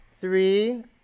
three